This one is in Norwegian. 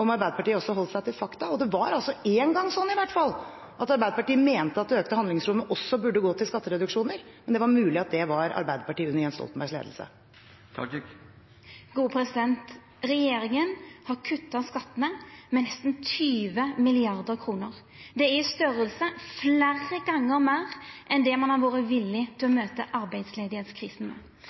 om Arbeiderpartiet også holdt seg til fakta. Det var en gang sånn, i hvert fall, at Arbeiderpartiet mente at det økte handlingsrommet også burde gå til skattereduksjoner, men det er mulig at det var Arbeiderpartiet under Jens Stoltenbergs ledelse. Regjeringa har kutta skattane med nesten 20 mrd. kr. Det er i størrelse fleire gonger meir enn det ein har vore villig til å møta arbeidsløysekrisa med.